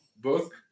book